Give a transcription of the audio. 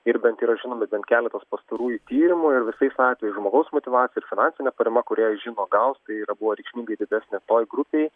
ir bent yra žinomi bent keletas pastarųjų tyrimų ir visais atvejais žmogaus motyvacija ir finansinė parama kurią jis žino gaus tai yra buvo reikšmingai didesnė toj grupėj